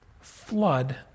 flood